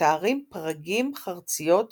המתארים פרגים, חרציות וחמניות.